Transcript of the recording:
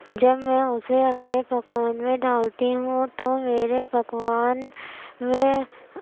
جب میں اسے اپنے پکوان میں ڈالتی ہوں تو میرے پکوان میں